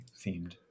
themed